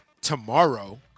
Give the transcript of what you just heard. tomorrow